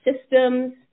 systems